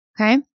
Okay